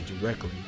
directly